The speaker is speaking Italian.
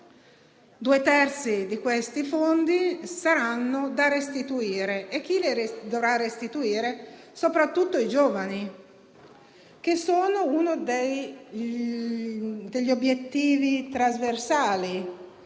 Due terzi di questi fondi saranno da restituire e chi li dovrà restituire? Soprattutto i giovani, che sono uno degli obiettivi trasversali.